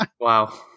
wow